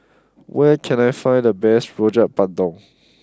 where can I find the best Rojak Bandung